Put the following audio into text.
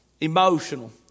emotional